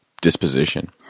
disposition